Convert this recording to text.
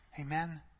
Amen